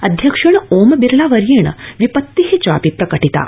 अध्यक्षेण ओम बिरला वर्येण विपति प्रकटिता